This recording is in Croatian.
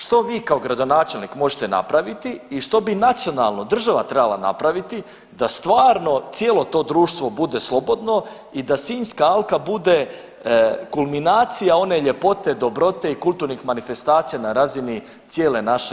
Što vi kao gradonačelnik možete napraviti i što bi nacionalno država trebala napraviti da stvarno cijelo to društvo bude slobodno i da Sinjska alka bude kulminacija one ljepote, dobrote i kulturnih manifestacija na razini cijele naše domovine.